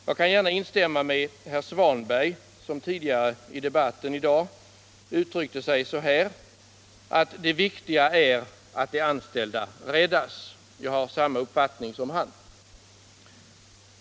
Jag kan instämma med herr Svanberg, som tidigare i debatten i dag uttryckte sig så här: Det viktiga är att de anställdas jobb räddas.